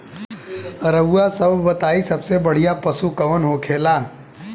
रउआ सभ बताई सबसे बढ़ियां पशु कवन होखेला?